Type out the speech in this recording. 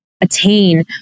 attain